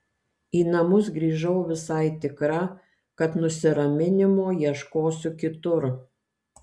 į namus grįžau visai tikra kad nusiraminimo ieškosiu kitur